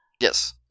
Yes